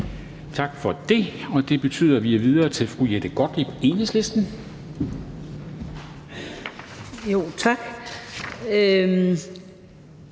Tak for det, og det betyder, at vi er videre til fru Jette Gottlieb, Enhedslisten. Kl.